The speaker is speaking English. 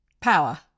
Power